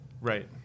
right